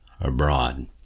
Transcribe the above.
abroad